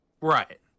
Right